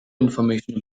information